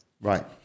Right